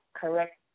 correct